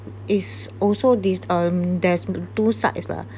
is also dis~ um there's two sides lah